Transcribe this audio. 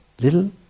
little